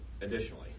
additionally